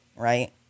right